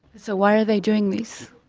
so why are they doing this?